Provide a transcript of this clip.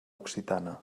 occitana